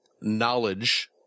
knowledge